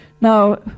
Now